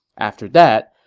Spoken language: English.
after that,